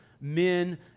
men